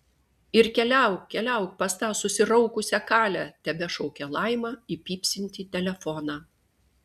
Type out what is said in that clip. ir keliauk keliauk pas tą susiraukusią kalę tebešaukė laima į pypsintį telefoną